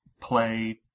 play